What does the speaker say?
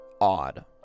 odd